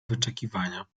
wyczekiwania